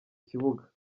kibuga